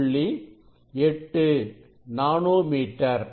8 nano metre